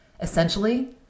Essentially